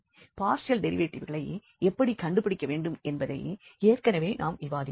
partial டெரிவேட்டிவ்களை எப்படி கண்டுபிடிக்க வேண்டும் என்பதை ஏற்கனவே நாம் விவாதித்தோம்